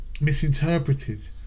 misinterpreted